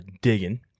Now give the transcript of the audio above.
digging